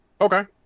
Okay